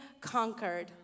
conquered